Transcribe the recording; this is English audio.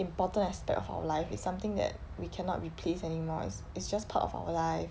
important aspect of our lives it's something that we cannot replace anymore it's it's just part of our life